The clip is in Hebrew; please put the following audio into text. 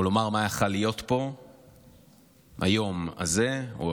או לומר מה יכול היה להיות פה ביום הזה, או